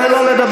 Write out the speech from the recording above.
תן לו לדבר.